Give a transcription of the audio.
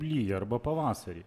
lyja arba pavasarį